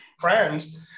friends